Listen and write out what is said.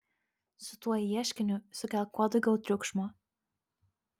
su tuo ieškiniu sukelk kuo daugiau triukšmo